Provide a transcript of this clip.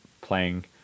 playing